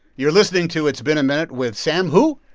you're listening to it's been a minute with sam who?